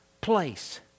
place